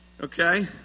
Okay